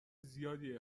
زیادی